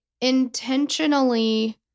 intentionally